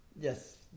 Yes